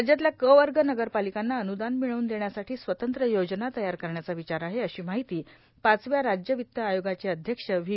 राज्यातल्या क वर्ग नगरपालिकांना अनुदान मिळवून देण्यासाठी स्वतंत्र योजना तयार करण्याचा विचार आहे अशी माहिती पाचव्या राज्य वित्त आयोगाचे अध्यक्ष व्ही